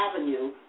Avenue